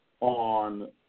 on